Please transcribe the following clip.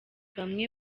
bamwe